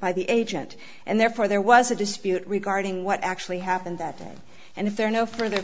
by the agent and therefore there was a dispute regarding what actually happened that day and if there are no further